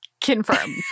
confirm